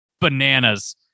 bananas